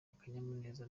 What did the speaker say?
akanyamuneza